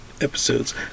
episodes